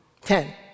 Ten